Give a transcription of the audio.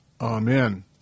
Amen